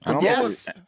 Yes